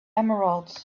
emeralds